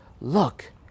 look